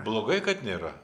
blogai kad nėra